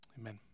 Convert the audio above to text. Amen